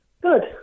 good